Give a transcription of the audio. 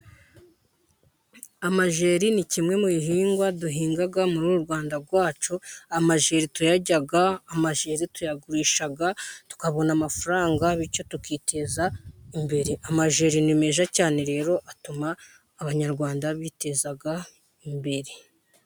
Amajeri ni kimwe mu bihingwa duhinga muri uru Rwanda rwacu. Amajeri tuyarya, amajeri turayagurisha tukabona amafaranga, bityo tukiteza imbere. Amajeri ni meza cyane rero atuma abanyarwanda biteza imbere.